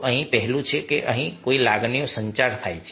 અહીં પહેલું છે અહીં કઈ લાગણીનો સંચાર થાય છે